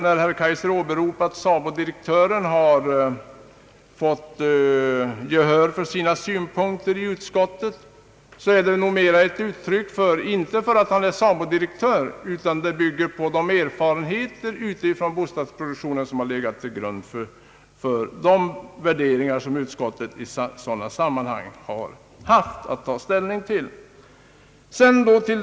När herr Kaijser åberopar att SABO-direktören har fått gehör för sina synpunkter i utskottet beror det inte på det förhållandet att han är SABO-direktör, utan utskottets värderingar och ställningstaganden bygger uteslutande på utskottets erfarenheter i fråga om bostadsproduktionen.